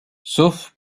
sauf